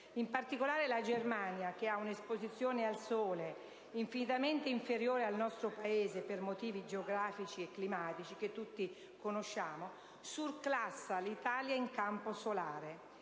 in particolare, che ha una esposizione al sole infinitamente inferiore al nostro Paese, per motivi geografici e climatici che tutti conosciamo, surclassa l'Italia in campo solare.